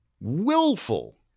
willful